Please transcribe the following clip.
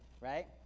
right